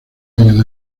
años